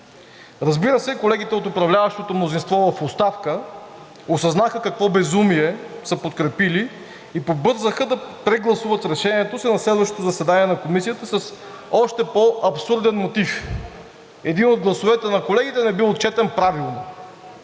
Разбира се, колегите от управляващото мнозинство в оставка осъзнаха какво безумие са подкрепили и побързаха да прегласуват решението си на следващото заседание на Комисията с още по-абсурден мотив – един от гласовете на колегите не бил отчетен правилно.